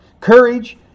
courage